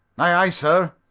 aye, aye, sir.